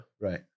Right